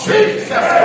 Jesus